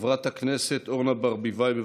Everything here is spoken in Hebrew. חברת הכנסת אורנה ברביבאי, בבקשה.